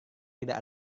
tidak